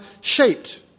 shaped